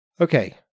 Okay